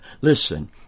Listen